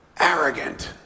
arrogant